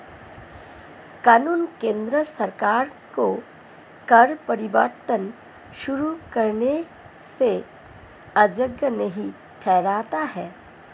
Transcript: कानून केंद्र सरकार को कर परिवर्तन शुरू करने से अयोग्य नहीं ठहराता है